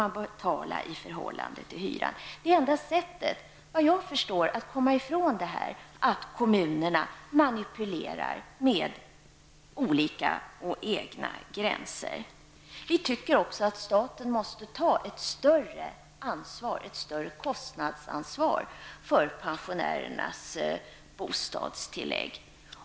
Såvitt jag förstår är detta det enda sättet att komma ifrån kommunernas manipulation med olika egna gränser. Staten måste också ta ett större kostnadsansvar i fråga om pensionärernas bostadstillägg.